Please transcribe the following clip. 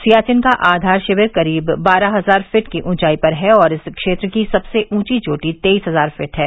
सियाचिन का आधार शिविर करीब बारह हजार फीट की ऊंचाई पर है और इस क्षेत्र की सबसे ऊंची चोटी तेइस हजार फीट है